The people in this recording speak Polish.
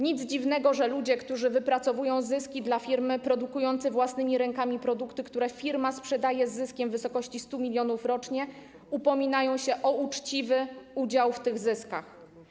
Nic dziwnego, że ludzie, którzy wypracowują zyski dla firmy, produkujący własnymi rękami produkty, które firma sprzedaje z zyskiem w wysokości 100 mln zł rocznie, upominają się o uczciwy udział w tych zyskach.